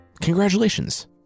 congratulations